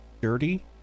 dirty